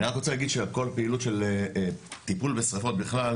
אני רק רוצה להגיד על כל פעילות של טיפול בשריפות בכלל,